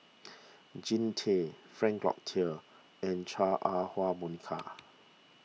Jean Tay Frank Cloutier and Chua Ah